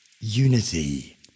unity